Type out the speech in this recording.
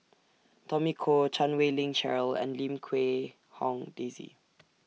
Tommy Koh Chan Wei Ling Cheryl and Lim Quee Hong Daisy